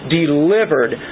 delivered